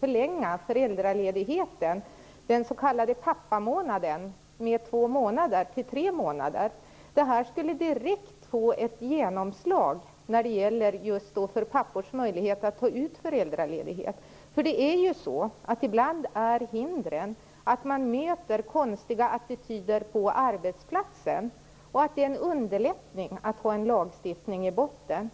förlänga föräldraledigheten, den s.k. pappamånaden, med två månader till tre månader. Det här skulle direkt få ett genomslag när det gäller pappors möjlighet att ta ut föräldraledighet. Ibland är ju hindren att man möter konstiga attityder på arbetsplatsen, och då underlättar det att ha en lagstiftning i botten.